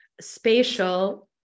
spatial